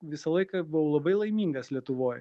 visą laiką buvau labai laimingas lietuvoj